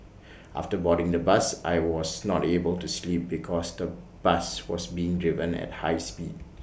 after boarding the bus I was not able to sleep because the bus was being driven at high speed